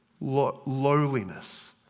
lowliness